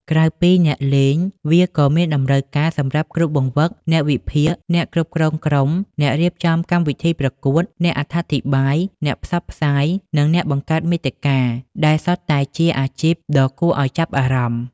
ក្រៅពីអ្នកលេង វាក៏មានតម្រូវការសម្រាប់គ្រូបង្វឹក អ្នកវិភាគ អ្នកគ្រប់គ្រងក្រុម អ្នករៀបចំកម្មវិធីប្រកួត អ្នកអត្ថាធិប្បាយ អ្នកផ្សព្វផ្សាយ និងអ្នកបង្កើតមាតិកា ដែលសុទ្ធតែជាអាជីពដ៏គួរឱ្យចាប់អារម្មណ៍។